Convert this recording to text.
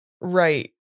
Right